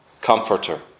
comforter